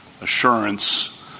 assurance